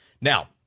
Now